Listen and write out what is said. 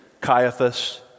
Caiaphas